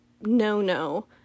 no-no